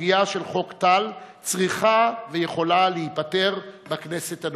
הסוגיה של חוק טל צריכה ויכולה להיפתר בכנסת הנוכחית.